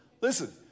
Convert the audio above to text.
Listen